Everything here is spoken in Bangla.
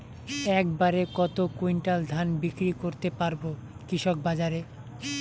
এক বাড়ে কত কুইন্টাল ধান বিক্রি করতে পারবো কৃষক বাজারে?